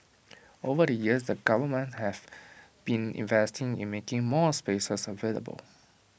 over the years the government have been investing in making more spaces available